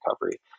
recovery